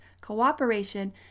cooperation